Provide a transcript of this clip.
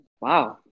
Wow